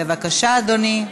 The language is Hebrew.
בבקשה, אדוני.